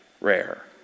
rare